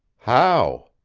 how?